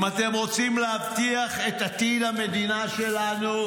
אם אתם רוצים להבטיח את עתיד המדינה שלנו,